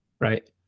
right